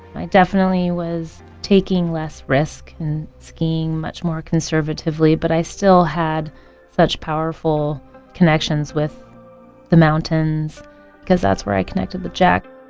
i definitely was taking less risk and skiing much more conservatively. but i still had such powerful connections with the mountains because that's where i connected with jack